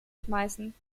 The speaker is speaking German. schmeißen